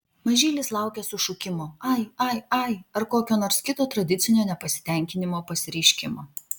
mažylis laukia sušukimo ai ai ai ar kokio nors kito tradicinio nepasitenkinimo pasireiškimo